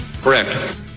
Correct